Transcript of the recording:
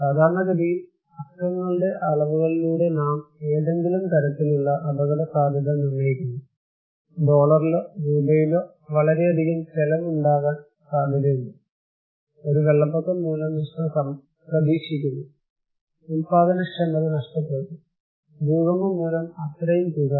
സാധാരണഗതിയിൽ അക്കങ്ങളുടെ അളവുകളിലൂടെ നാം ഏതെങ്കിലും തരത്തിലുള്ള അപകടസാധ്യത നിർണ്ണയിക്കുന്നു ഡോളറിലോ രൂപയിലോ വളരെയധികം ചെലവ് ഉണ്ടാകാൻ സാധ്യതയുണ്ട് ഒരു വെള്ളപ്പൊക്കം മൂലം നഷ്ടം പ്രതീക്ഷിക്കുന്നു ഉൽപാദനക്ഷമത നഷ്ടപ്പെട്ടു ഭൂകമ്പം മൂലം അത്രയും തുക